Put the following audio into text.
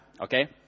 Okay